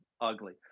ugly